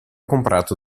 comprato